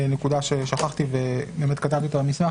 נקודה ששכחתי וכתבתי במסמך,